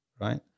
Right